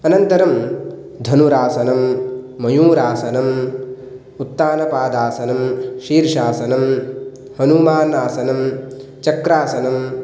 अनन्तरं धनुरासनं मयूरासनम् उत्तानपादासनं शिर्षासनं हनुमानासनं चक्रासनं